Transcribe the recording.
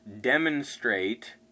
demonstrate